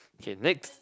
okay next